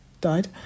died